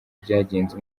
byagenze